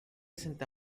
santa